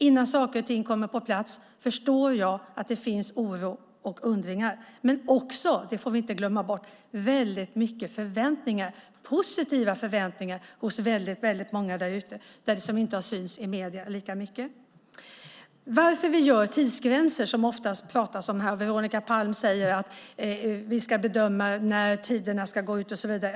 Innan saker och ting kommer på plats förstår jag att det finns oro och undringar, men också - det får vi inte glömma bort - väldigt många positiva förväntningar hos väldigt många där ute, men det har inte synts i medierna lika mycket. Varför inför vi tidsgränser? Det är detta som det oftast pratas om här. Veronica Palm säger att vi ska bedöma när tiderna ska gå ut och så vidare.